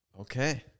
Okay